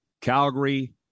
Calgary